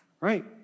right